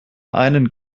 einen